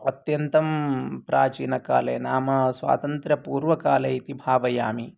अत्यन्तं प्राचीनकाले नाम स्वातन्त्रपूर्वकाले इति भावयामि